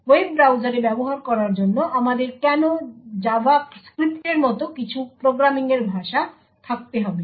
web ব্রাউজারে ব্যবহার করার জন্য আমাদের কেন জাভাস্ক্রিপ্টের মতো কিছু প্রোগ্রামিং এর ভাষা থাকতে হবে